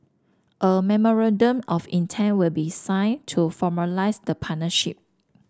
a memorandum of intent will be signed to formalise the partnership